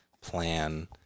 plan